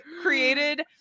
created